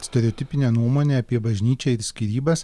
stereotipinė nuomonė apie bažnyčią ir skyrybas